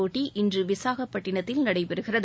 போட்டி இன்று விசாகப்பட்டிணத்தில் நடைபெறுகிறது